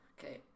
okay